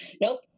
nope